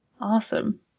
Awesome